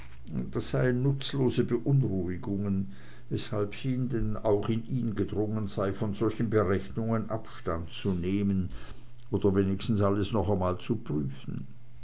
das seien nutzlose beunruhigungen weshalb sie denn auch in ihn gedrungen sei von solchen berechnungen abstand zu nehmen oder wenigstens alles nochmals zu prüfen